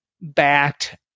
backed